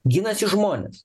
ginasi žmonės